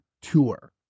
tour